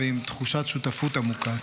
ועם תחושת שותפות עמוקה.